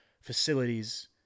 facilities